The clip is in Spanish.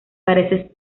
parece